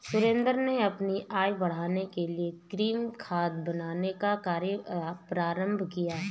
सुरेंद्र ने अपनी आय बढ़ाने के लिए कृमि खाद बनाने का कार्य प्रारंभ किया